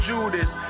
Judas